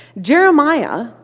Jeremiah